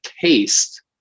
taste